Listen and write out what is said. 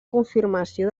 confirmació